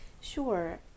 Sure